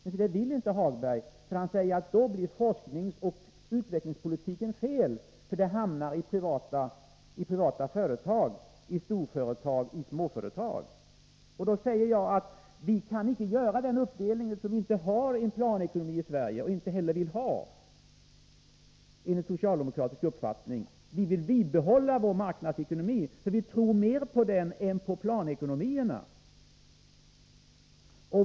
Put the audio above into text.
Men det vill inte Lars-Ove Hagberg, för han menar att då blir forskningsoch utvecklingspolitiken felaktig — den hamnar i privata företag, i storföretag och i småföretag. Till detta säger jag: Vi kan icke göra den uppdelningen, eftersom vi inte har och inte heller vill ha en planekonomi i Sverige enligt socialdemokratisk uppfattning. Vi vill bibehålla vår marknadsekonomi, för vi tror mer på den än på planekonomierna.